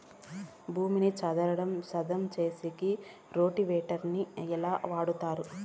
భూమిని చదరం సేసేకి రోటివేటర్ ని ఎట్లా వాడుతారు?